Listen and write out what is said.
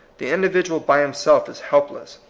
the individual by himself is helpless.